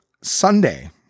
Sunday